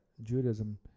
Judaism